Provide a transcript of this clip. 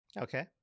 Okay